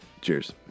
Cheers